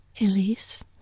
Elise